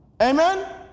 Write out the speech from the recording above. Amen